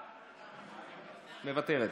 אינו נוכח, חברת הכנסת קרן ברק, מוותרת,